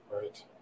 Right